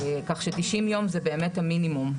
כך ש-90 יום זה באמת המינימום,